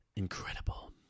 incredible